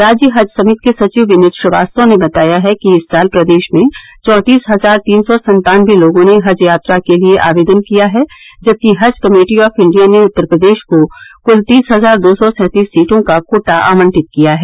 राज्य हज समिति के सचिव विनीत श्रीवास्तव ने बताया है कि इस साल प्रदेश में चौंतीस हज़ार तीन सौ सत्तानवें लोगों ने हज यात्रा के लिये आवेदन किया है जबकि हज कमेटी ऑफ इंडिया ने उत्तर प्रदेश को कुल तीस हज़ार दो सौ सैंतीस सीटों का कोटा आवंटित किया है